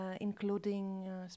including